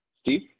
Steve